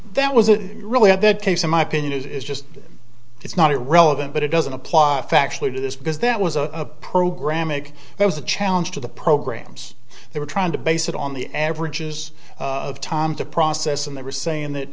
that was it really had that case in my opinion it's just it's not relevant but it doesn't apply factually to this because that was a program make it was a challenge to the programs they were trying to base it on the averages of time to process and they were saying that